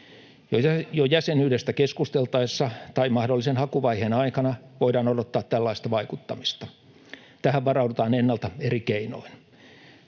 Jo jäsenyydestä keskusteltaessa tai mahdollisen hakuvaiheen aikana voidaan odottaa tällaista vaikuttamista. Tähän varaudutaan ennalta eri keinoin.